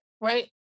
right